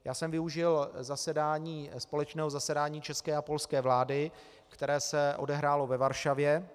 Já jsem využil společného zasedání české a polské vlády, které se odehrálo ve Varšavě.